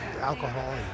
alcohol